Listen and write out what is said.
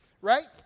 right